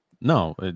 no